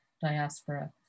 diaspora